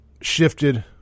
shifted